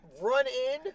run-in